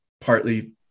partly